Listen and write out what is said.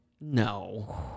No